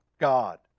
God